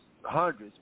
hundreds